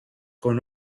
con